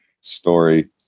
story